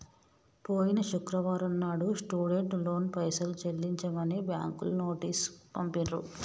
పోయిన శుక్రవారం నాడు స్టూడెంట్ లోన్ పైసలు చెల్లించమని బ్యాంకులు నోటీసు పంపిండ్రు